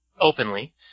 openly